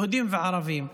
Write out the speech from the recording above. יהודיים וערביים.